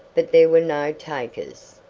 but there were no takers.